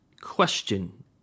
question